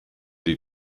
die